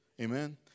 Amen